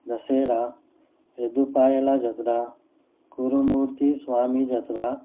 دسہرا یدوپایلہ جترا کرومورتی سوامی جترا